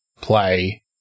play